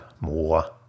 more